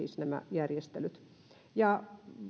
ja